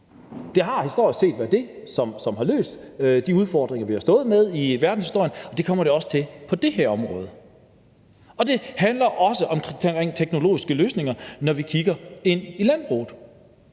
Det har historisk set været det, som har løst de udfordringer, vi har stået med i verdenshistorien, og det kommer det også til at være på det her område. Og det handler også om teknologiske løsninger, når vi kigger ind i landbruget.